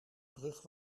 brug